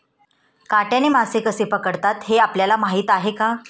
काट्याने मासे कसे पकडतात हे आपल्याला माहीत आहे का?